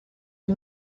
you